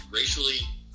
racially-